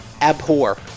Abhor